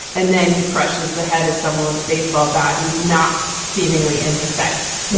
and then he crushes the head of someone with a baseball bat who's not seemingly in his sights.